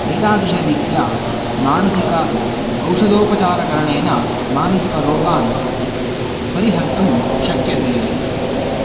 एतादृशरीत्या मानसिक औषधोपचारकरणेन मानसिकरोगान् परिहर्तुं शक्यते